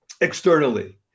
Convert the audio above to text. externally